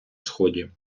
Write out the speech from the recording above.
сході